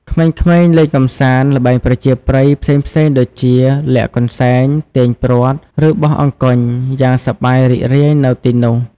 ក្មេងៗលេងកម្សាន្ត ល្បែងប្រជាប្រិយផ្សេងៗ ដូចជា លាក់កន្សែង ទាញព្រ័ត្រ ឬបោះអង្គុញ យ៉ាងសប្បាយរីករាយនៅទីនោះ។